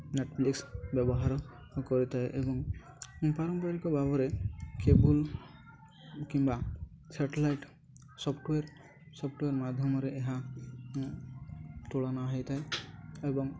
Netflix ବ୍ୟବହାର କରିଥାଏ ଏବଂ ପାରମ୍ପାରିକ ଭାବରେ କେବୁଲ୍ କିମ୍ବା ସେଟେଲାଇଟ୍ ସଫ୍ଟୱେର୍ ସଫ୍ଟୱେର୍ ମାଧ୍ୟମରେ ଏହା ତୁଳନା ହୋଇଥାଏ ଏବଂ